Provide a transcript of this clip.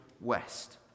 West